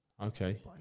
Okay